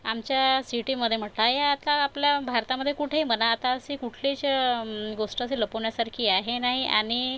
आमच्या सिटीमध्ये म्हटलं या आता आपल्या भारतामध्ये कुठेही म्हणा आता अशी कुठलीच गोष्ट अशी लपवण्यासारखी आहे नाही आणि